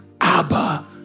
Abba